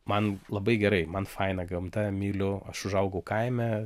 man labai gerai man faina gamta myliu aš užaugau kaime